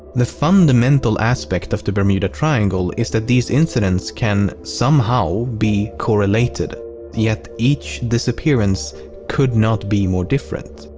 the fundamental aspect of the bermuda triangle is that these incidents can, somehow, be correlated yet each disappearance could not be more different.